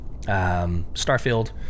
Starfield